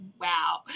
wow